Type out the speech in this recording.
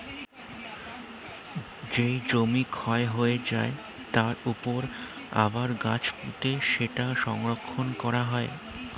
যেই জমি ক্ষয় হয়ে যায়, তার উপর আবার গাছ পুঁতে সেটা সংরক্ষণ করা হয়